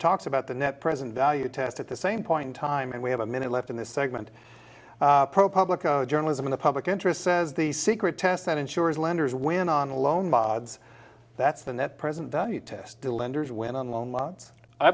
talks about the net present value test at the same point in time and we have a minute left in this segment pro publica journalism in the public interest says the secret test that insurers lenders when on loan that's the net present value test the lenders went on loan lots i